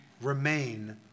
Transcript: remain